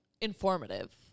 informative